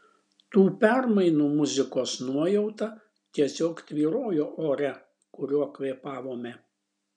tų permainų muzikos nuojauta tiesiog tvyrojo ore kuriuo kvėpavome